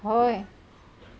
হয়